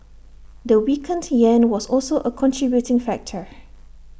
the weakened Yen was also A contributing factor